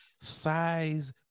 size